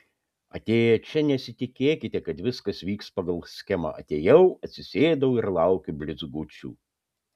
atėję čia nesitikėkite kad viskas vyks pagal schemą atėjau atsisėdau ir laukiu blizgučių